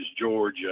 Georgia